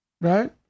right